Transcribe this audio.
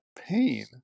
pain